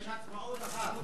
יש עצמאות אחת.